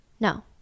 No